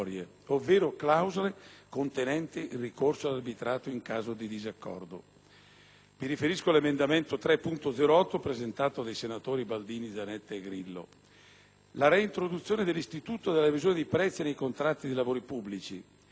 (mi riferisco all'emendamento 3.0.8 presentato dai senatori Baldini, Zanetta e Grillo); emendamenti che riguardano la reintroduzione dell'istituto della revisione dei prezzi nei contratti dei lavori pubblici; l'ulteriore proroga dell'entrata in vigore del divieto di arbitrato nei contratti pubblici